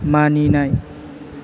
मानिनाय